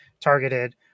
targeted